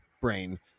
brain